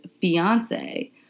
fiance